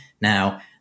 Now